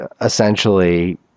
Essentially